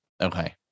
Okay